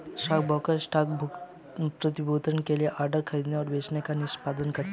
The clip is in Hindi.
स्टॉकब्रोकर स्टॉक प्रतिभूतियों के लिए ऑर्डर खरीदने और बेचने का निष्पादन करता है